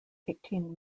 eighteen